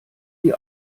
die